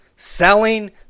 selling